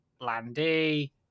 Landy